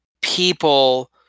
people